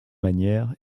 manières